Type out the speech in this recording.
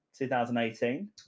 2018